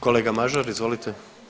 Kolega Mažar, izvolite.